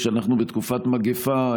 כשאנחנו בתקופת מגפה,